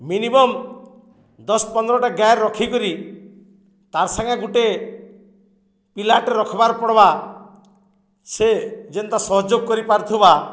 minimum ଦଶ ପନ୍ଦରଟା ଗାଁରେ ରଖିକରି ତା'ର୍ ସାଙ୍ଗେ ଗୁଟେ ପିଲାଟେ ରଖିବାର ପଡ଼୍ବା ସେ ଯେନ୍ତା ସହଯୋଗ କରିପାରୁଥିବା